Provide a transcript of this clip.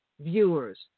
viewers